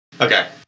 Okay